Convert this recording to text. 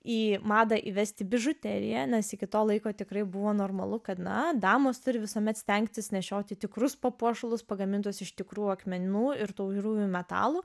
į madą įvesti bižuteriją nes iki to laiko tikrai buvo normalu kad na damos turi visuomet stengtis nešioti tikrus papuošalus pagamintus iš tikrų akmenų ir tauriųjų metalų